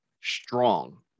strong